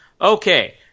Okay